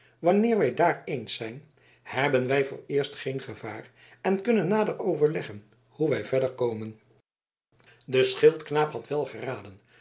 wanneer wij daar eens zijn hebben wij vooreerst geen gevaar en kunnen nader overleggen hoe wij verder komen de schildknaap had wel geraden